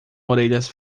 orelhas